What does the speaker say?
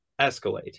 escalate